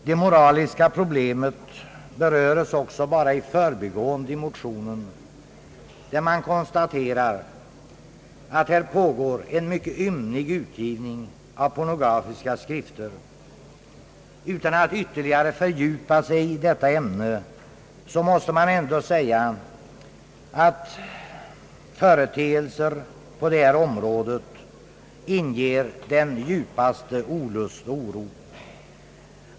Det moraliska problemet beröres också bara i förbigående i motionerna, där man konstaterar att här pågår en mycket ymnig utgivning av pornografiska skrifter. Utan att ytterligare fördjupa sig i detta ämne måste man ändå säga att företeelser på detta område inger den djupaste olust och oro.